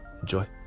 Enjoy